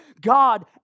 God